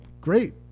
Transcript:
great